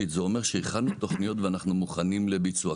זה אומר שהכנו תוכניות ואנחנו מוכנים לביצוע.